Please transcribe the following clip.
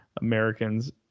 Americans